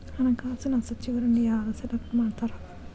ಹಣಕಾಸಿನ ಸಚಿವರನ್ನ ಯಾರ್ ಸೆಲೆಕ್ಟ್ ಮಾಡ್ತಾರಾ